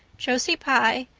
josie pye,